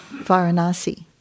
Varanasi